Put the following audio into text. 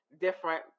different